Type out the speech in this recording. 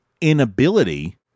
inability